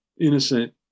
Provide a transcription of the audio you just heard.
innocent